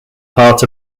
part